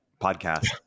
podcast